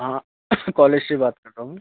हाँ कॉलेज से ही बात कर रहा हूँ मैं